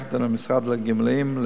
ביחד עם המשרד לגמלאים,